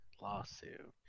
Lawsuit